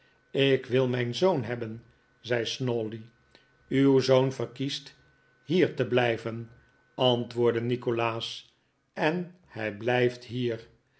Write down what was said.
ik wil mijn zoon hebben zei snawley uw zoon verkiest hier te blijven antwoordde nikolaas en hij blijft hier